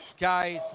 guys